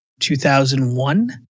2001